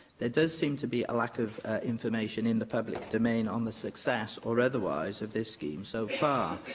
there does seem to be a lack of information in the public domain on the success, or otherwise, of this scheme so far.